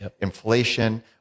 inflation